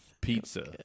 Pizza